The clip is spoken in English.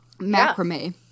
macrame